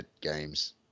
games